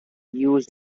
used